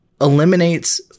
eliminates